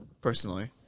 Personally